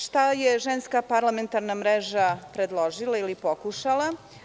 Šta je Ženska parlamentarna mreža predložila ili pokušala?